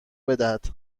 بدهد